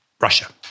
Russia